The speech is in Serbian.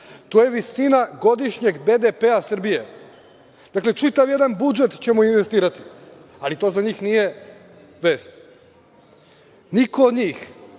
to je visina godišnjeg BDP Srbije, dakle, čitav jedan budžet ćemo investirati, ali to za njih nije vest. Niko od njih